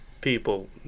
people